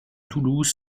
toulouse